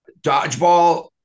Dodgeball